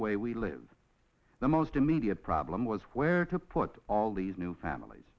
way we live the most immediate problem was where to put all these new families